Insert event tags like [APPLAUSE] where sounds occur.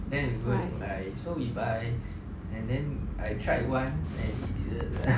then we go and buy so we buy and then I tried once and [NOISE]